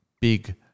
big